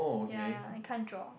yea yea I can't draw